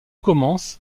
commence